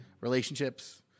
relationships